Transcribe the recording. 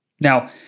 Now